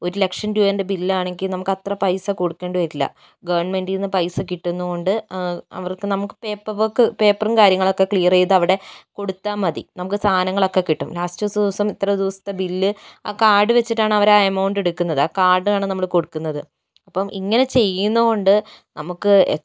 ഒരു ലക്ഷം രൂപേൻ്റെ ബില്ലാണെങ്കിൽ നമുക്കത്ര പൈസ കൊടുക്കണ്ടി വരില്ല ഗവണ്മെന്റീന്ന് പൈസ കിട്ടുന്നതുകൊണ്ട് അവർക്ക് നമുക്ക് പേപ്പർ വർക്ക് പേപ്പറും കാര്യങ്ങളൊക്കെ ക്ലീയറ് ചെയ്ത് അവിടെ കൊടുത്താ മതി നമുക്ക് സാധനങ്ങളൊക്കെ കിട്ടും ലാസ്റ്റത്തെ ദിവസം ഇത്ര ദിവസത്തെ ബില്ല് ആ കാർഡ് വച്ചിട്ടാണ് അവരാ എമൗണ്ട് എടുക്കുന്നത് ആ കാർഡാണ് നമ്മള് കൊടുക്കുന്നത് അപ്പോൾ ഇങ്ങനെ ചെയ്യുന്നതു കൊണ്ട് നമുക്ക്